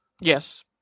Yes